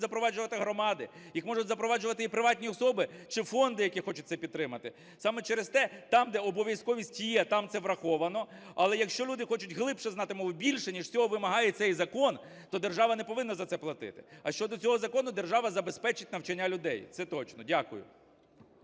запроваджувати громади, їх можуть запроваджувати і приватні особи чи фонди, які хочуть це підтримати. Саме через це там, де обов'язковість є, там це враховано. Але якщо люди хочуть глибше знати мову, більше, ніж цього вимагає цей закон, то держава не повинна за це платити. А щодо цього закону, держава забезпечить навчання людей. Це точно. Дякую.